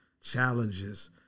challenges